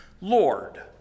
Lord